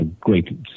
great